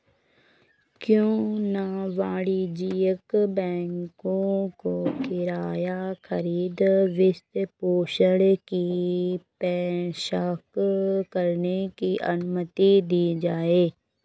क्यों न वाणिज्यिक बैंकों को किराया खरीद वित्तपोषण की पेशकश करने की अनुमति दी जाए